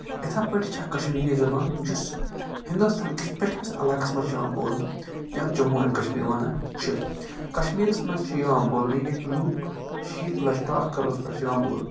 یِتھٕے پٲٹھۍ چھِ اَکھ کَشمیٖری زَبان یُس ہِندوستان کِس پیٚٹھمِس علاقَس منٛز چھِ یِوان بولنہٕ یَتھ جموں اینٛڈ کَشمیٖر وَنان چھِ کَشمیٖرَس منٛز چھِ یِوان بولنہٕ ییٚتہِ لوٗکھ شیٖتھ لَچھ ٹو اَکھ قرورَس پٮ۪ٹھ چھِ یِوان بولنہٕ